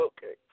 Okay